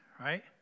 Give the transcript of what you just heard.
right